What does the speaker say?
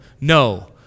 no